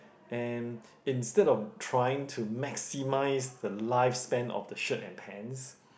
and instead of trying to maximise the lifespan of the shirt and pants